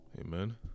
Amen